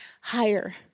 higher